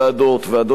ועדות קבועות,